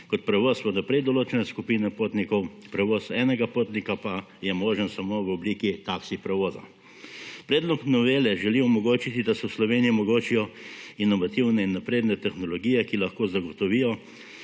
kot prevoz vnaprej določene skupine potnikov, prevoz enega potnika pa je možen samo v obliki taksi prevoza. Predlog novele želi omogočiti, da se v Sloveniji omogočijo inovativne in napredne tehnologije, ki lahko zagotovijo,